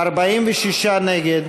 46 נגד,